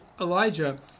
Elijah